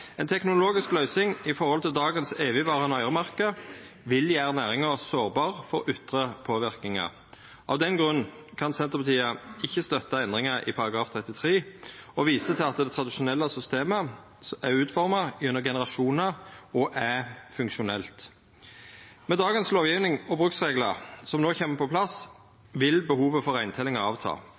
ein sikker måte. Ei teknologisk løysing i forhold til dei evigvarande øyremerka av i dag vil gjera næringa sårbar for ytre påverknad. Av den grunn kan Senterpartiet ikkje støtta endringa i § 33, og me viser til at det tradisjonelle systemet er utforma gjennom generasjonar og er funksjonelt. Med lovgjevinga av i dag og bruksreglane som no kjem på plass, vil behovet for